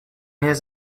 his